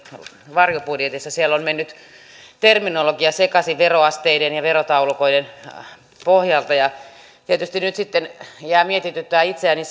varjobudjetissa on mennyt terminologia sekaisin veroasteiden ja verotaulukoiden välillä ja tietysti nyt sitten jäävät mietityttämään itseäni